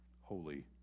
holy